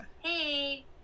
hey